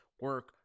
Work